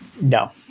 No